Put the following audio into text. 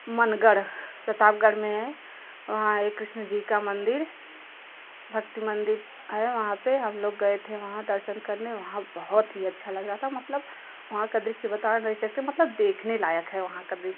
मनगढ़ प्रतापगढ़ में है वहाँ एक कृष्ण जी का मंदिर भक्ति मंदिर है वहाँ पे हम लोग गए थे वहाँ दर्शन करने वहाँ बहुत ही अच्छा लगा था मतलब वहाँ का दृश्य बता नहीं सकते मतलब देखने लायक है वहाँ का दृश्य